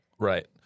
Right